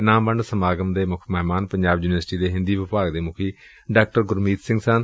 ਇਨਾਮ ਵੰਡ ਸਮਾਗਮ ਦੇ ਮੁੱਖ ਮਹਿਮਾਨ ਪੰਜਾਬ ਯੁਨੀਵਰਸਿਟੀ ਦੇ ਹਿੰਦੀ ਵਿਭਾਗ ਦੇ ਮੁਖੀ ਡਾ ਗੁਰਪ੍ੀਤ ਸਿੰਘ ਸਨ